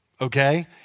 Okay